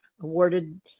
awarded